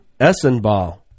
Essenball